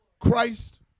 Christ